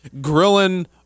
Grilling